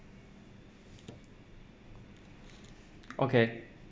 okay